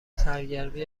سرگرمی